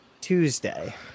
Tuesday